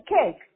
cake